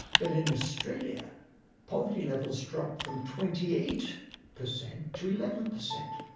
but in australia poverty levels dropped from twenty eight per cent to eleven per cent.